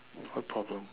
what problem